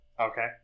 Okay